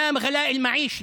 בפני יוקר המחיה.